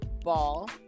ball